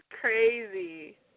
Crazy